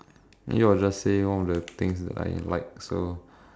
maybe I will just say one of the things that I like so